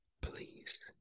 please